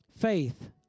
faith